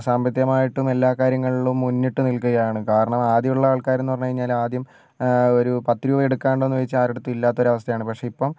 സാമ്പത്തികമായിട്ടും എല്ലാ കാര്യങ്ങളിലും മുന്നിട്ട് നിൽക്കുകയാണ് കാരണം ആദ്യമുള്ള ആൾക്കാരെന്ന് പറഞ്ഞുകഴിഞ്ഞാൽ ആദ്യം ഒരു പത്ത് രൂപ എടുക്കാനുണ്ടോ എന്ന് ചോദിച്ചാൽ ആരുടെ അടുത്തും ഇല്ലാത്തൊരു അവസ്ഥയാണ് പക്ഷേ ഇപ്പം